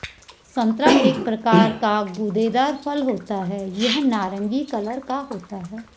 संतरा एक प्रकार का गूदेदार फल होता है यह नारंगी कलर का होता है